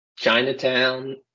Chinatown